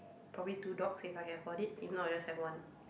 probably two dogs if I can afford it if not I'll just have one